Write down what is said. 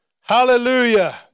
hallelujah